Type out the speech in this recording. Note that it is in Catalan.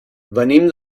venim